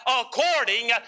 according